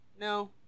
No